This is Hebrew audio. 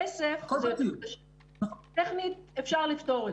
כסף צריך לצבוע אותו